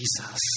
Jesus